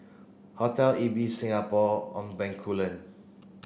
Hotel Ibis Singapore On Bencoolen